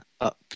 up